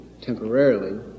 temporarily